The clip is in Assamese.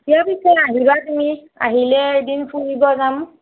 দিয়া পিছে আহিবা তুমি আহিলে এদিন ফুৰিব যাম